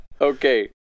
okay